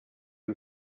you